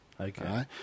Okay